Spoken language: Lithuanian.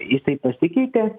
jisai pasikeitė